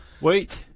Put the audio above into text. Wait